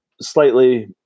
Slightly